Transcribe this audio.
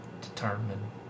determine